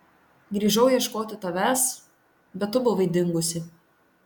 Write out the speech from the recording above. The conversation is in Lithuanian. grįžau ieškoti tavęs bet tu buvai dingusi